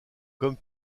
comme